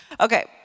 okay